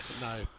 No